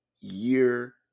year